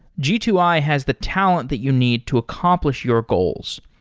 g two i has the talent that you need to accomplish your goals.